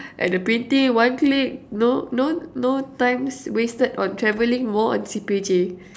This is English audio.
at the printing one click no no no time wasted on traveling more on C_P_J